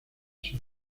sus